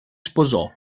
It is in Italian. sposò